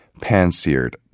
pan-seared